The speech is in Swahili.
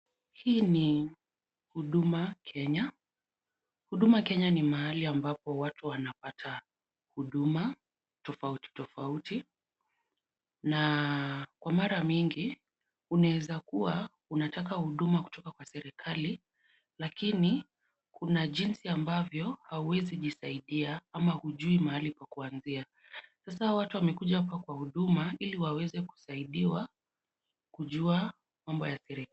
Hii ni Huduma Kenya, Huduma Kenya ni mahali ambapo watu wanapata huduma tofauti tofauti na kwa mara mingi unaweza kuwa unataka huduma kutoka kwa serikali lakini kuna jinsi ambavyo hauwezi jisaidia ama hujui mahali pa kuanzia, sasa hawa watu wamekuja kwa huduma ili waweze kusaidiwa kujua mambo ya serikali.